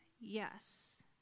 Yes